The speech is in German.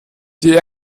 die